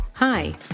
Hi